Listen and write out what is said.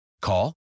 Call